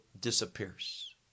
disappears